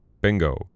Bingo